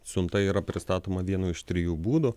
siunta yra pristatoma vienu iš trijų būdų